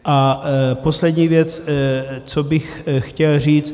A poslední věc, co bych chtěl říct.